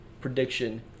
prediction